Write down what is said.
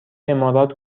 امارات